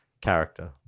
character